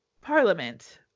parliament